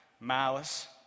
malice